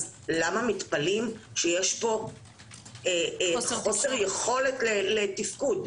אז למה מתפלאים שיש פה חוסר יכולת לתפקוד?